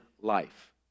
life